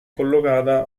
collocata